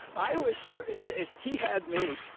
i was sure he had me.